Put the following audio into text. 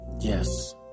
Yes